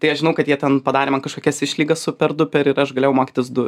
tai aš žinau kad jie ten padarė man kažkokias išlygas super duper ir aš galėjau mokytis du